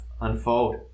unfold